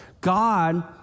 God